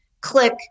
click